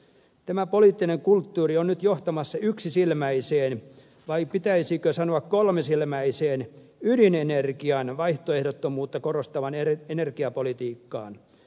tämä poliittinen kulttuuri on nyt johtamassa yksisilmäiseen vai pitäisikö sanoa kolmisilmäiseen ydinenergian vaihtoehdottomuutta korostavaan energiapolitiikkaan